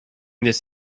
this